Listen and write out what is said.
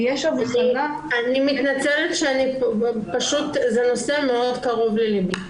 כי יש הבחנה --- אני מתנצלת שאני --- אבל זה נושא מאוד קרוב ללבי.